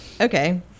okay